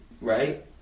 right